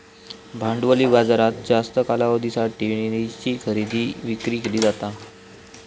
भांडवली बाजारात जास्त कालावधीसाठी निधीची खरेदी विक्री केली जाता